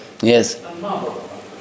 Yes